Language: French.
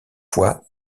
fois